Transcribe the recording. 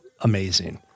amazing